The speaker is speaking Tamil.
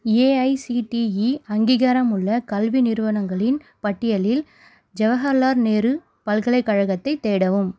ஏஐசிடிஇ அங்கீகாரமுள்ள கல்வி நிறுவனங்களின் பட்டியலில் ஜவஹர்லால் நேரு பல்கலைக்கழகத்தை தேடவும்